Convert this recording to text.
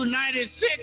96